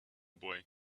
boy